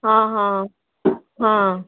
ହଁ ହଁ ହଁ